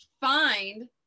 find